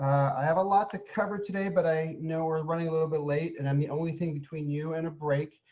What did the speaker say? i have a lot to cover today, but i know we're running a little bit late, and i'm the only thing between you and a break.